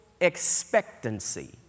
expectancy